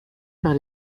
par